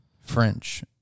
French